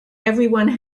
everyone